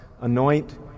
anoint